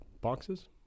boxes